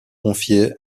confiée